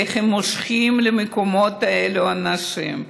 איך הם מושכים למקומות האלה אנשים,